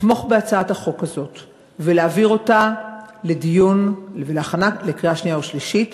לתמוך בהצעת החוק הזאת ולהעביר אותה לדיון ולהכנה לקריאה שנייה ושלישית